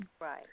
Right